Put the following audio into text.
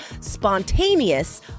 spontaneous